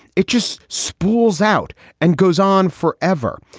it just spools out and goes on forever.